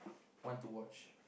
want to watch